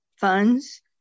funds